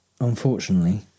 unfortunately